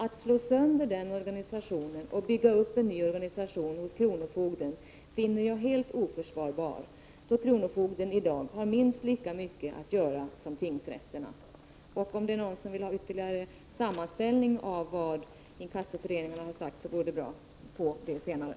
Att slå sönder den organisationen och bygga upp en ny organisation hos kronofogden, finner jag helt oförsvarbart, då kronofogden i dag har minst lika mycket att göra som tingsrätterna.” Om någon vill ha ytterligare sammanställning av vad inkassoföreningarna har sagt, går det bra att få det senare.